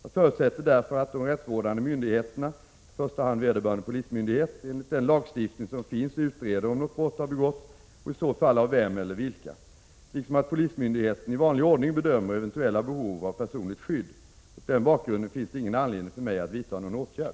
Jag förutsätter därför att de rättsvårdande myndigheterna, i första hand vederbörande polismyndighet, enligt den lagstiftning som finns utreder om något brott har begåtts och i så fall av vem eller vilka, liksom att polismyndigheten i vanlig ordning bedömer eventuella behov av personligt skydd. Mot den bakgrunden finns det ingen anledning för mig att vidta någon åtgärd.